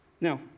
Now